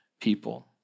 people